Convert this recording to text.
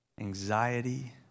anxiety